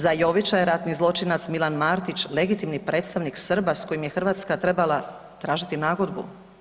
Za Jovića je ratni zločinac Milan Martić legitimni predstavnik Srba s kojim je Hrvatska trebala tražiti nagodbu.